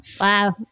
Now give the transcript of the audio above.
Wow